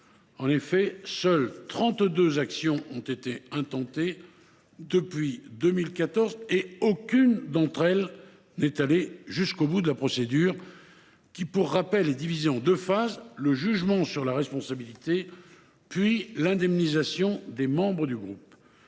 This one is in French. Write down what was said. En effet, seules trente deux actions ont été intentées depuis 2014, et aucune d’entre elles n’est allée jusqu’au bout de la procédure, qui, pour rappel, est divisée en deux phases : le jugement sur la responsabilité, dans un premier temps, puis l’indemnisation des membres du groupe,